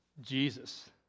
Jesus